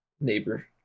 neighbor